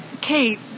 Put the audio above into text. Kate